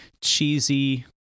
cheesy